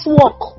work